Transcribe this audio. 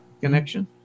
Connection